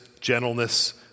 gentleness